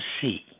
see